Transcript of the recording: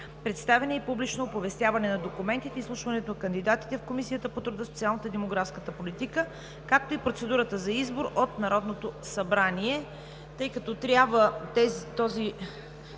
представяне и публично оповестяване на документите и изслушването на кандидатите в Комисията по труда, социалната и демографската политика, както и процедурата за избор от Народното събрание, така както